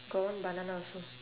got one banana also